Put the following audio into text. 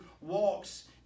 walks